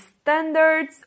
Standards